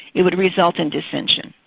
it would result in dissension.